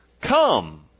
come